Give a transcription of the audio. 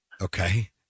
Okay